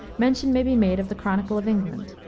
mention may be made of the chronicle of england,